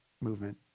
movement